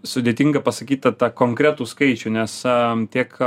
sudėtinga pasakyti tą konkretų skaičių nes tiek